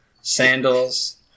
sandals